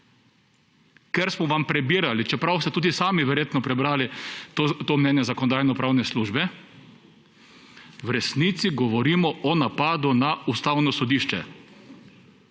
ker smo vam prebirali, čeprav ste tudi sami verjetno prebrali to mnenje Zakonodajno-pravne službe, v resnici govorimo o napadu na Ustavno sodišče.